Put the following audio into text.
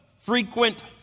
frequent